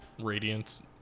radiance